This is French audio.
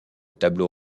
tableau